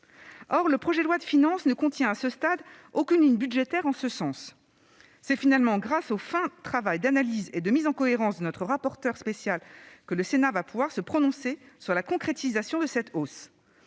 Or le projet de loi de finances ne contient, à ce stade, aucune ligne budgétaire en ce sens. C'est finalement grâce au fin travail d'analyse et de mise en cohérence de notre rapporteur spécial que le Sénat va pouvoir se prononcer sur la concrétisation de cette hausse.